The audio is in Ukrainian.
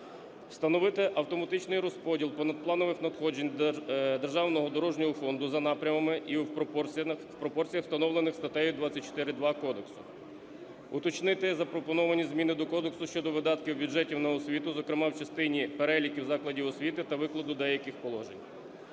встановити автоматичний розподіл понадпланових надходжень Державного дорожнього фонду за напрямами і в пропорціях, встановлених статтею 24.2 кодексу; уточнити запропоновані зміни до кодексу щодо видатків у бюджеті на освіту, зокрема в частині переліків закладів освіти та викладу деяких положень;